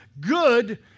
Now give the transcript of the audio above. good